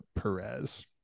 Perez